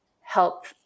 help